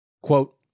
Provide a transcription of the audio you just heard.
Quote